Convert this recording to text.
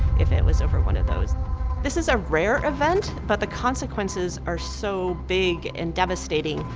if it was over one of those this is a rare event, but the consequences are so big and devastating,